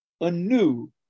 anew